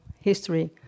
history